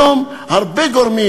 היום יש הרבה גורמים.